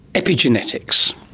epigenetics.